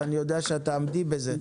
ואני יודע שאת תעמדי בזה.